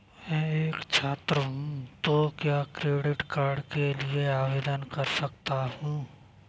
मैं एक छात्र हूँ तो क्या क्रेडिट कार्ड के लिए आवेदन कर सकता हूँ?